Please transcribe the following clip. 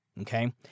Okay